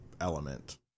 element